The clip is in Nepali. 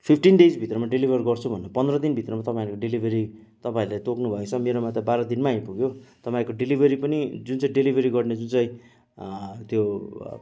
फिफ्टिन डेज भित्रमा डेलिभर गर्छु भनेर पन्ध्र दिन भित्रमा तपाईँहरूले डेलिभरी तपाईँहरूले तोक्नु भएछ मेरोमा त बाह्र दिनमै आइपुग्यो तपाईँहरूको डेलिभरी पनि जुन चाहिँ डेलिभरी गर्ने जुन चाहिँ त्यो